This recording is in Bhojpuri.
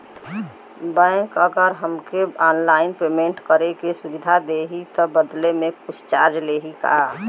बैंक अगर हमके ऑनलाइन पेयमेंट करे के सुविधा देही त बदले में कुछ चार्जेस लेही का?